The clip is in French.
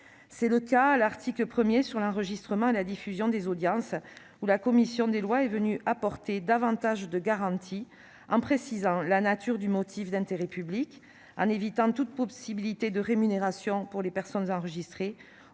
C'est le cas de l'article 1 portant sur l'enregistrement et la diffusion des audiences : la commission des lois a apporté davantage de garanties en précisant la nature du motif d'intérêt public, en évitant toute possibilité de rémunération pour les personnes enregistrées